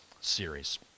series